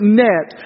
net